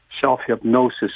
self-hypnosis